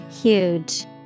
Huge